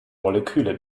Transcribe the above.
moleküle